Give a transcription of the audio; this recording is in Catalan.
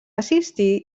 assistir